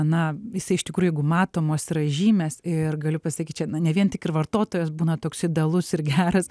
na jisai iš tikrųjų jeigu matomos yra žymės ir galiu pasakyt čia na ne vien tik ir vartotojas būna toks idealus ir geras